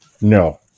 No